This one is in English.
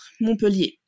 Montpellier